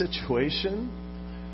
situation